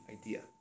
idea